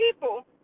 people